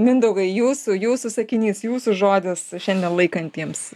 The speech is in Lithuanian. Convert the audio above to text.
mindaugai jūsų jūsų sakinys jūsų žodis šiandien laikantiems